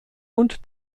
und